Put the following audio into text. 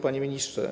Panie Ministrze!